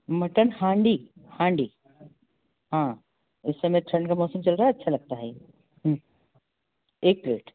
mutton हांडी हांडी हाँ इस समय ठंड का मौसम चल रहा अच्छा लगता है यह हूँ एक प्लेट